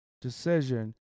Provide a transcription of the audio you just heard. decision